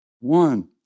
one